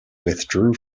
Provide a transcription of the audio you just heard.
withdrew